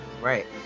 right